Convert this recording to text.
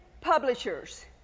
publishers